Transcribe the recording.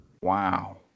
Wow